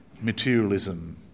materialism